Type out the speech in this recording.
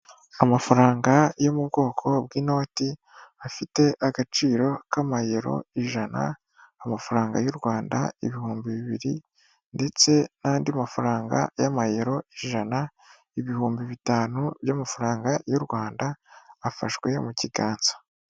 Amafaranga yo mu bwoko bw'inoti afite agaciro k'amayero ijana, amafaranga y'u Rwanda ibihumbi bibiri ndetse n'andi mafaranga y'amayero ijana, ibihumbi bitanu by'amafaranga y'u Rwanda afashwe mu kiganza.